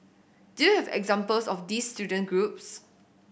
do you have examples of these student groups